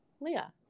Leah